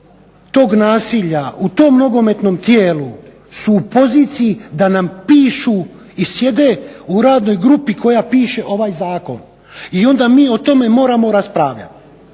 tog nasilja u tom nogometnom tijelu su u poziciji da nama pišu i sjede u radnoj grupi koja piše ovaj zakon i onda mi o tome moramo raspravljati.